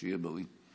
שיהיה בריא.